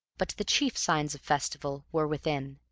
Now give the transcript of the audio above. but the chief signs of festival were within,